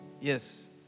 Yes